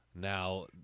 Now